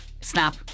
Snap